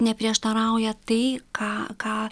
neprieštarauja tai ką ką